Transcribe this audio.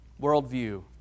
worldview